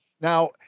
Now